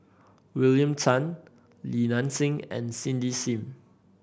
William Tan Li Nanxing and Cindy Sim